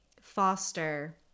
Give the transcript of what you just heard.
foster